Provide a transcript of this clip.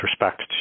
respect